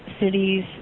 cities